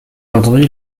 entendit